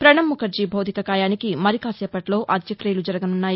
ప్రపణబ్ ముఖర్జీ భౌతికకాయానికి మరికాసేపట్లో అంత్యక్తియలు జరగనున్నాయి